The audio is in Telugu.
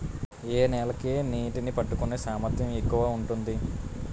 ఏ నేల కి నీటినీ పట్టుకునే సామర్థ్యం ఎక్కువ ఉంటుంది?